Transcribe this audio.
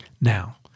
Now